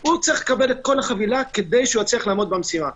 הוא צריך לקבל את כל החבילה כדי שיצליח במשימה.